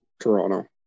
Toronto